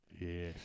Yes